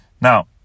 Now